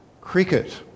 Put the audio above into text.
cricket